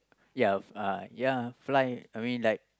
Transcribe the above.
ya uh ya fly I mean like